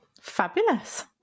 fabulous